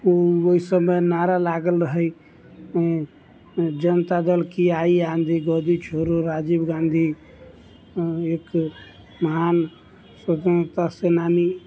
उ ओहि समय नारा लागल रहै जनता दल की आइ आँधी गद्दी छोड़ो राजीव गाँधी एक महान स्वतन्त्रता सेनानी